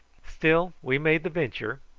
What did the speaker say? still we made the venture,